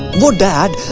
your dad.